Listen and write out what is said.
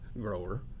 grower